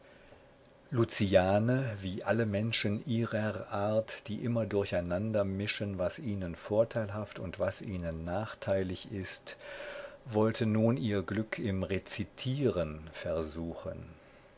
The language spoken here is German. wie alle menschen ihrer art die immer durcheinander mischen was ihnen vorteilhaft und was ihnen nachteilig ist wollte nun ihr glück im rezitieren versuchen